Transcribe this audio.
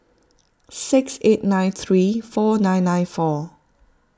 six eight nine three four nine nine four